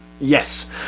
Yes